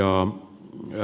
arvoisa puhemies